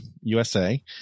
USA